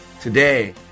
Today